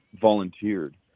volunteered